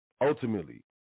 ultimately